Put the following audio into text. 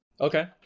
Okay